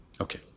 Okay